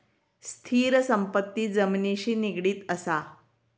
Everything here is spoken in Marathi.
स्थिर संपत्ती जमिनिशी निगडीत असा